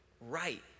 right